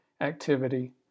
activity